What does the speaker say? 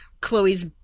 Chloe's